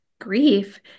grief